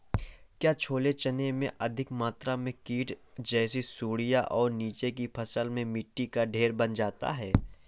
क्या छोले चने में अधिक मात्रा में कीट जैसी सुड़ियां और नीचे की फसल में मिट्टी का ढेर बन जाता है?